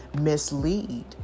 mislead